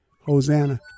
Hosanna